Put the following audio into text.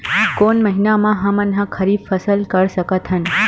कोन महिना म हमन ह खरीफ फसल कर सकत हन?